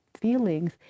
feelings